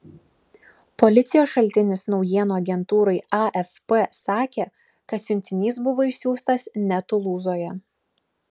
policijos šaltinis naujienų agentūrai afp sakė kad siuntinys buvo išsiųstas ne tulūzoje